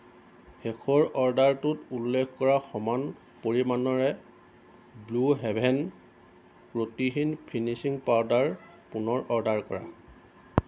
শেষৰ অৰ্ডাৰটোত উল্লেখ কৰাৰ সমান পৰিমাণৰে ব্লু হেভেন ত্ৰুটিহীন ফিনিচিং পাউডাৰ পুনৰ অৰ্ডাৰ কৰা